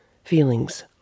Feelings